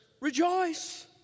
rejoice